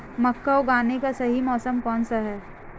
मक्का उगाने का सही मौसम कौनसा है?